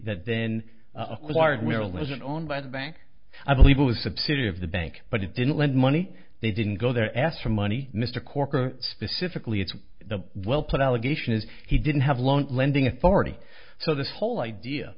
it owned by the bank i believe it was a subsidiary of the bank but it didn't lend money they didn't go there ask for money mr corker specifically it's the will put allegation is he didn't have loan lending authority so this whole idea